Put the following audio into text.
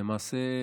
למעשה,